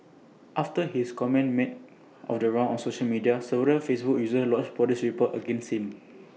after his comment made the rounds on social media several Facebook users lodged Police reports against him